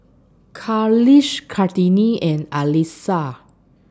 Khalish Kartini and Alyssa